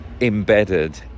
embedded